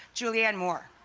julianne moore.